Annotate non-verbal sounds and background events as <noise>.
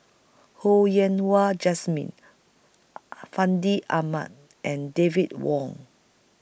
Ho Yen Wah Jesmine <noise> Fandi Ahmad and David Wong